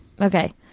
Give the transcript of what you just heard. Okay